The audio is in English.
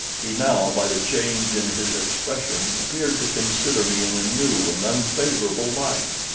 he now, by the change in his expression, appeared to consider me in a new and unfavorable light.